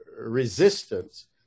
resistance